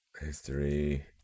history